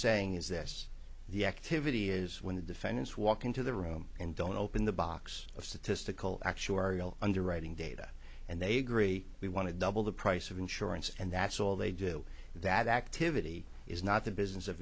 saying is this the activity is when the defendants walk into the room and don't open the box of statistical actuarial underwriting data and they agree we want to double the price of insurance and that's all they do that activity is not the business of